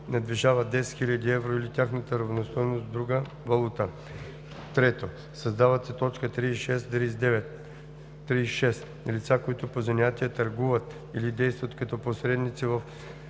надвишава 10 000 евро или тяхната равностойност в друга валута;“. 3. Създават се т. 36 – 39: „36. лица, които по занятие търгуват или действат като посредници в